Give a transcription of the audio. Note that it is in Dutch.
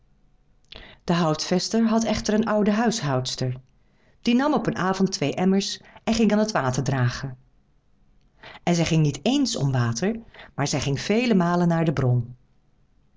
de houtvester had echter een oude huishoudster die nam op een avond twee emmers en ging aan het water dragen en zij ging niet ééns om water maar zij ging vele malen naar de bron